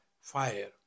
fire